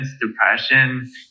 depression